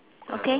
okay